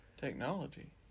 Technology